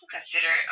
consider